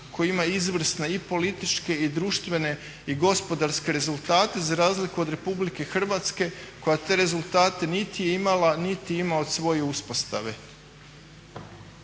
koji ima izvrsne i političke i društvene i gospodarske rezultate za razliku od Republike Hrvatske koja te rezultate niti je imala, niti ima od svoje uspostave.